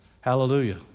Hallelujah